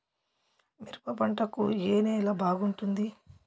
మిరప పంట కు ఏ నేల బాగుంటుంది?